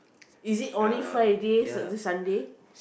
is it only